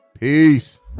Peace